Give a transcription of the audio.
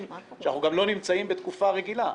שאנחנו גם לא נמצאים בתקופה רגילה.